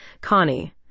Connie